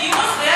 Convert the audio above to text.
נאום.